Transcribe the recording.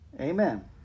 amen